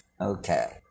Okay